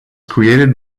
created